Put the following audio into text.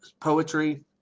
poetry